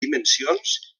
dimensions